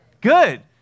good